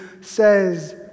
says